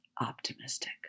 optimistic